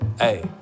hey